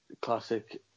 Classic